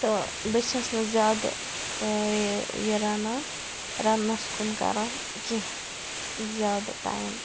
تہٕ بہٕ چھَس نہٕ زیادٕ یہِ رَنان رَننَس کُن کَران کینٛہہ زیادٕ ٹایِم